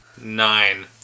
Nine